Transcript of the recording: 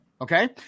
Okay